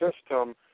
system